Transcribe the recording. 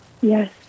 Yes